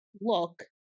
look